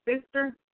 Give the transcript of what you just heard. sister